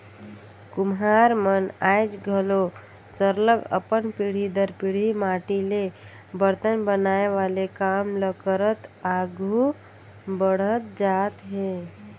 कुम्हार मन आएज घलो सरलग अपन पीढ़ी दर पीढ़ी माटी ले बरतन बनाए वाले काम ल करत आघु बढ़त जात हें